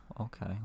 Okay